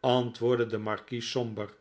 antwoordde de markies somber